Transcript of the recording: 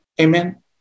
Amen